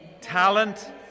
talent